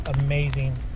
amazing